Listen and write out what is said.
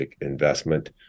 investment